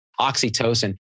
oxytocin